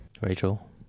Rachel